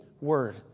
word